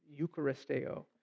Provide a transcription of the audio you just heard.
Eucharisteo